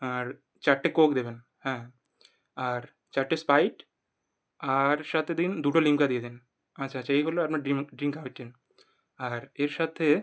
আর চারটে কোক দেবেন হ্যাঁ আর চারটে স্প্রাইট আর সাথে দিন দুটো লিমকা দিয়ে দিন আচ্ছা আচ্ছা এই হলো আপনার ড্রিঙ্ক ড্রিঙ্ক আইটেম আর এর সাথে